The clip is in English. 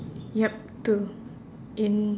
yup two in